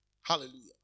Hallelujah